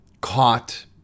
caught